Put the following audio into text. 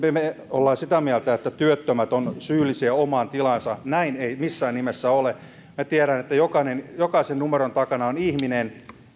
olemme sitä mieltä että työttömät ovat syyllisiä omaan tilaansa näin ei missään nimessä ole minä tiedän että jokaisen numeron takana on ihminen